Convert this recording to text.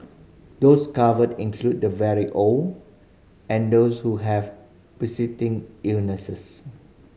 those covered include the very old and those who have illnesses